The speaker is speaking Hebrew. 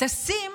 טסים